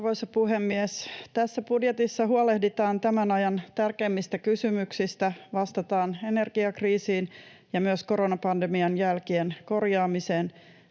Arvoisa puhemies! Tässä budjetissa huolehditaan tämän ajan tärkeimmistä kysymyksistä, vastataan energiakriisiin ja myös koronapandemian jälkien korjaamiseen